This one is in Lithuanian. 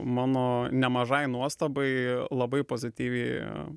mano nemažai nuostabai labai pozityviai